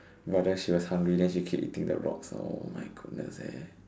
ya then she was hungry then he keep eating the rocks oh my goodness eh